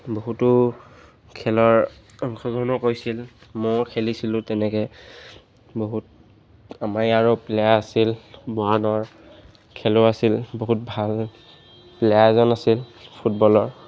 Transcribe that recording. বহুতো খেলৰ অংশগ্ৰহণো কৰিছিল ময়ো খেলিছিলোঁ তেনেকৈ বহুত আমাৰ ইয়াৰো প্লেয়াৰ আছিল মৰাণৰ খেলো আছিল বহুত ভাল প্লেয়াৰ এজন আছিল ফুটবলৰ